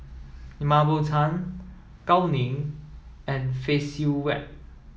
Mah Bow Tan Gao Ning and Phay Seng Whatt